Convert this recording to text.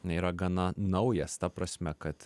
jinai yra gana naujas ta prasme kad